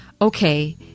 okay